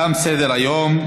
תם סדר-היום.